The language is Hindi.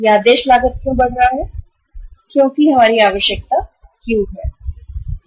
यह आदेश लागत क्यों बढ़ रहा है क्योंकि हमारी आवश्यकता क्यू है